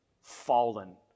fallen